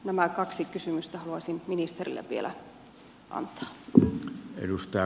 nämä kaksi kysymystä haluaisin ministerille vielä tehdä